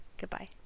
goodbye